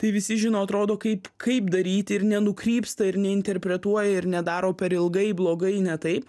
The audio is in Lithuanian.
tai visi žino atrodo kaip kaip daryti ir nenukrypsta ir neinterpretuoja ir nedaro per ilgai blogai ne taip